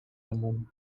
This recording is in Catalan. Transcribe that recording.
amunt